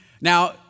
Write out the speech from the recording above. Now